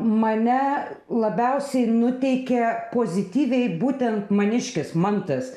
mane labiausiai nuteikia pozityviai būtent maniškis mantas